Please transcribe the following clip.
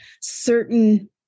certain